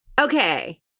Okay